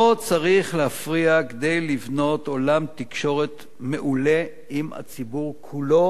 זה לא צריך להפריע כדי לבנות עולם תקשורת מעולה עם הציבור כולו,